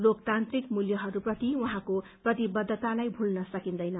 लोकतान्त्रिक मूल्यहस्प्रति उहाँको प्रतिबद्धतालाई भूल्न सकिन्दैन